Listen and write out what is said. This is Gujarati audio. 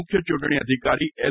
મુખ્ય ચૂંટણી અધિકારી એલ